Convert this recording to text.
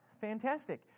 fantastic